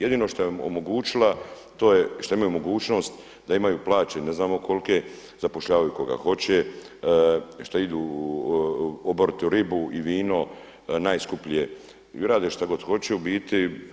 Jedino što je omogućila, to je što imaju mogućnost da imaju plaće ne znamo kolike, zapošljavaju koga hoće, što idu oboriti ribu i vino najskuplje, rade što god hoće u biti.